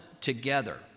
together